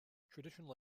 traditional